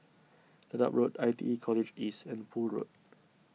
Dedap Road I T E College East and Poole Road